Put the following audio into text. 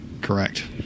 Correct